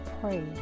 pray